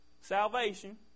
salvation